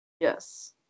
Yes